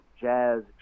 jazz